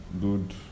good